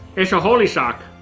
it's a holey sock.